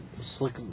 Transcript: slick